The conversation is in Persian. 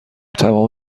تمام